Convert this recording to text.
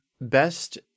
best